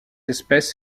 espèce